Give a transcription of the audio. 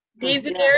David